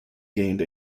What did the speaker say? gained